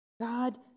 God